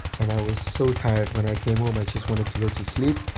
and i was so tired when i came home i just wanted to go to sleep.